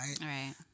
right